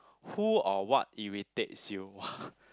who or what irritates you !wah!